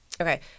okay